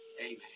Amen